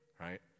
right